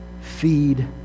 Feed